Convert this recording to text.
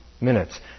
minutes